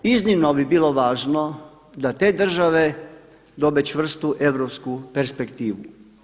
Iznimno bi bilo važno da te države dobe čvrstu europsku perspektivu.